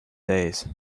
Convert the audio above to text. days